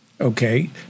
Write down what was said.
Okay